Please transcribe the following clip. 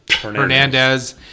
Hernandez